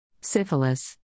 Syphilis